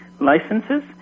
licenses